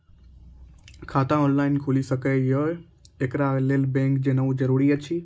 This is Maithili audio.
खाता ऑनलाइन खूलि सकै यै? एकरा लेल बैंक जेनाय जरूरी एछि?